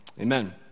amen